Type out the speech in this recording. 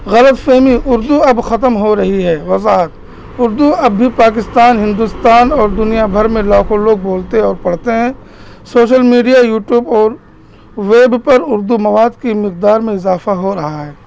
غلط فہمی اردو اب ختم ہو رہی ہے وضاحت اردو اب بھی پاکستان ہندوستان اور دنیا بھر میں لاکھوں لوگ بولتے اور پڑھتے ہیں سوشل میڈیا یوٹیوب اور ویب پر اردو مواد کی مقدار میں اضافہ ہو رہا ہے